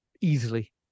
easily